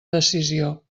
decisió